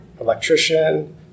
electrician